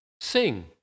sing